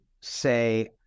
say